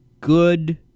good